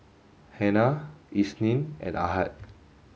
Hana Isnin and Ahad